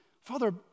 Father